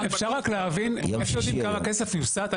אפשר רק להבין איך יודעים כמה כסף יוסט?